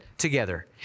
Together